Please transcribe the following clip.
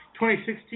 2016